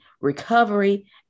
recovery